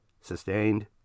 Sustained